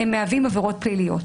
מהווים עבירות פליליות,